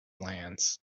lands